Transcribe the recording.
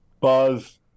buzz